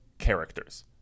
characters